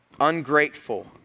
Ungrateful